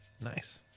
Nice